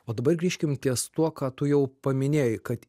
o dabar grįžkim ties tuo ką tu jau paminėjai kad